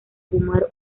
fumar